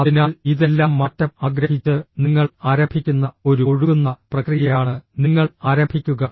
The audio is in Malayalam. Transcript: അതിനാൽ ഇതെല്ലാം മാറ്റം ആഗ്രഹിച്ച് നിങ്ങൾ ആരംഭിക്കുന്ന ഒരു ഒഴുകുന്ന പ്രക്രിയയാണ് നിങ്ങൾ ആരംഭിക്കുക